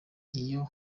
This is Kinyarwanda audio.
iyo